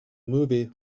movie